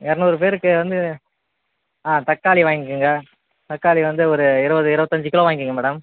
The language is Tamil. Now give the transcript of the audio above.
இருநூறு பேருக்கு வந்து ஆ தக்காளி வாங்கிக்கோங்க தக்காளி வந்து ஒரு இருபது இருபத்தஞ்சு கிலோ வாங்கிக்கோங்க மேடம்